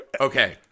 Okay